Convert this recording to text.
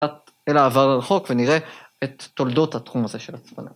אל העבר הרחוק ונראה את תולדות התחום הזה של עצמנו.